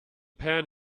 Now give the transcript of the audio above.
pan